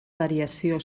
variació